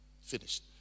Finished